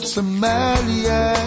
Somalia